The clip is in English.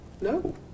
No